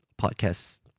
podcast